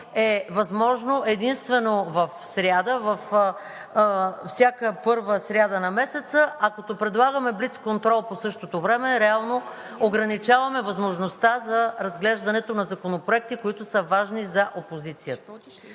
е възможно единствено в сряда, във всяка първа сряда на месеца, а като предлагаме блицконтрол по същото време, реално ограничаваме възможността за разглеждането на законопроекти, които са важни за опозицията.